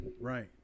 Right